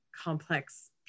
complex